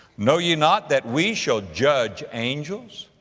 know ye not that we shall judge angels?